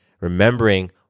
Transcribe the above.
remembering